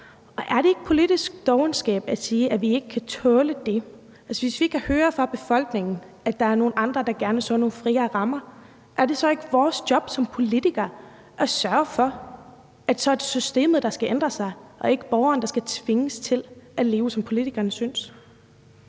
Er det ikke politisk dovenskab at sige, at vi ikke kan tåle det? Hvis vi kan høre fra befolkningen, at der er nogle, der gerne ser nogle friere rammer, er det så ikke vores job som politikere at sørge for, at det er systemet, der bliver ændret, og ikke borgeren, der bliver tvunget til at leve, som politikerne synes